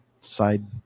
side